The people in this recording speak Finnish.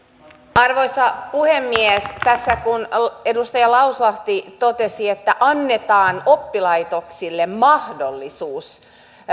arvoisa puhemies tässä kun edustaja lauslahti totesi että annetaan oppilaitoksille mahdollisuus